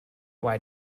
why